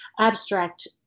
abstract